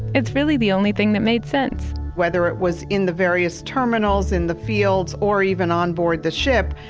it's really the only thing that made sense whether it was in the various terminals, in the fields, or even onboard the ship,